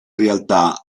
realtà